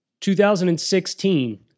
2016